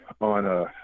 on